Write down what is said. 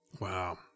Wow